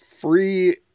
free